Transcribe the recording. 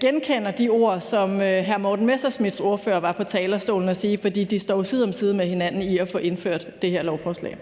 genkender de ord, som ordføreren for hr. Morten Messerschmidts partivar på talerstolen og sige, for de står jo side om side med hinanden i at få indført det her lovforslag.